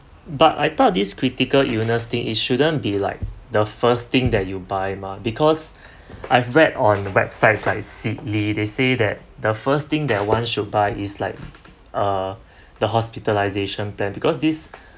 but I thought this critical illness thing it shouldn't be like the first thing that you buy mah because I've read on the websites like sickie they say that the first thing that one should buy is like err the hospitalisation plan because this